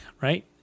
right